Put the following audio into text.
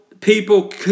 people